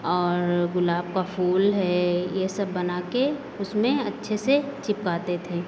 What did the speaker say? और गुलाब का फूल है ये सब बना के उसमें अच्छे से चिपकाते थे